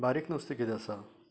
बारीक नुस्तें किदें आसा